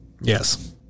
Yes